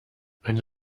eine